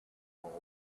all